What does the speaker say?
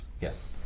Yes